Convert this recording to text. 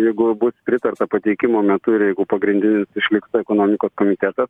jeigu bus pritarta pateikimo metu ir jeigu pagrindinis išlikts ekonomikos komitetas